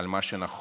על מה שנכון,